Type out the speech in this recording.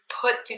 put